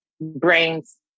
brains